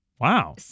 Wow